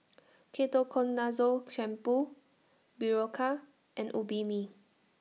Ketoconazole Shampoo Berocca and Obimin